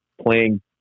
playing